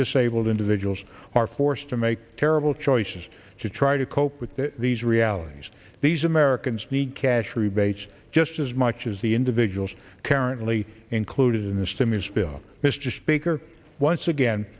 disabled individuals are forced to make terrible choices to try to cope with these realities these americans need cash rebates just as much as the individuals currently included in the stimulus bill mr speaker once again